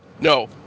No